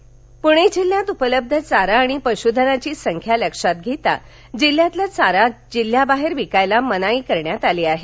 चारा पूणे जिल्ह्यात उपलब्ध चारा आणि पश्धनाची संख्या लक्षात घेता जिल्ह्यातला चारा जिल्ह्याबाहेर विकण्यास मनाई करण्यात आली आहे